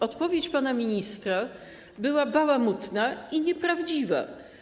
Odpowiedź pana ministra była bałamutna i nieprawdziwa.